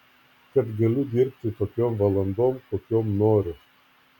kad galiu dirbti tokiom valandom kokiom noriu